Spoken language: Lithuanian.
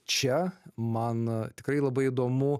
čia man tikrai labai įdomu